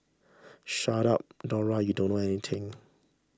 shut up Dora you don't know anything